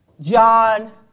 John